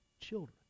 children